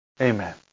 Amen